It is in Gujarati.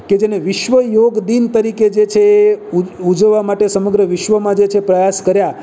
કે જેને વિશ્વ યોગ દિન તરીકે જે છે એ ઉજવવા માટે જે છે સમગ્ર વિશ્વમાં જે છે પ્રયાસ કર્યા